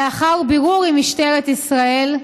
לאחר בירור עם משטרת ישראל,